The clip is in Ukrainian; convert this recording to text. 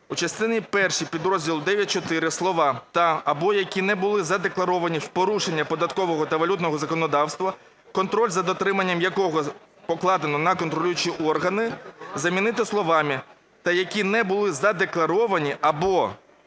У частині першій підрозділу 9.4 слова "та (або) які не були задекларовані в порушення податкового та валютного законодавства, контроль за дотриманням якого покладено на контролюючі органи" замінити словами "та які не були задекларовані або